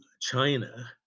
china